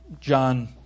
John